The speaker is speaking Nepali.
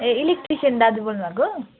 ए इलेक्ट्रिसियन दाजु बोल्नु भएको हो